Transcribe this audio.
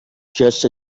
just